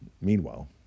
Meanwhile